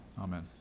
Amen